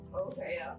Okay